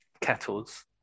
kettles